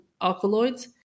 alkaloids